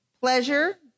pleasure